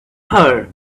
her